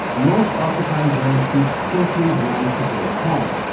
most occupying german troops simply wanted to go home.